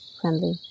friendly